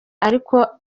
ariko